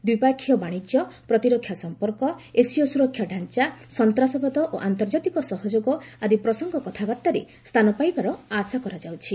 ଦ୍ୱିପକ୍ଷୀୟ ବାଣିଜ୍ୟ ପ୍ରତିରକ୍ଷା ସମ୍ପର୍କ ଏସୀୟ ସୁରକ୍ଷା ଢାଞ୍ଚା ସନ୍ତାସବାଦ ଓ ଆନ୍ତର୍ଜାତିକ ସହଯୋଗ ଆଦି ପ୍ରସଙ୍ଗ କଥାବାର୍ତ୍ତାରେ ସ୍ଥାନ ପାଇବାର ଆଶା କରାଯାଉଛି